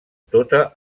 tota